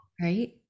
right